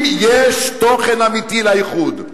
אם יש תוכן אמיתי לייחוד.